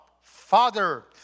Father